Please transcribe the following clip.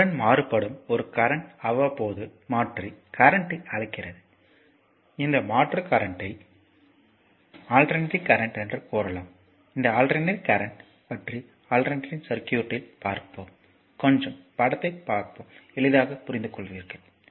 time உடன் மாறுபடும் ஒரு கரண்ட் அவ்வப்போது மாற்றி கரண்ட்யை அழைக்கிறது இந்த மாற்று கரண்ட்யை அல்டெர்னட்டிங் கரண்ட் என்று கூறலாம் இந்த அல்டெர்னட்டிங் கரண்ட் பற்றி அல்டெர்னட்டிங் சர்க்யூட்யில் பார்ப்போம் கொஞ்சம் படத்தை பாருங்கள் எளிதாக புரிந்துக்கொள்வீர்